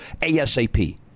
ASAP